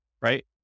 right